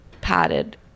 padded